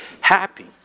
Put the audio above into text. happy